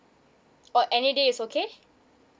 or any day is okay